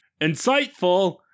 Insightful